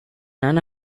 none